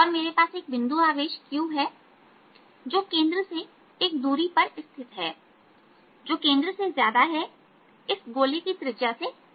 और मेरे पास एक बिंदु आवेश q है जो केंद्र से एक दूरी पर स्थित है जो केंद्र से ज्यादा है इस गोले की त्रिज्या से ज्यादा है